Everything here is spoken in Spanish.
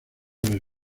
del